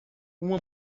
uma